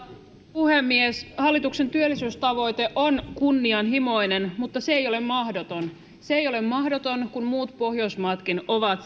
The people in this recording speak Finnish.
puhemies hallituksen työllisyystavoite on kunnianhimoinen mutta se ei ole mahdoton se ei ole mahdoton kun muutkin pohjoismaat ovat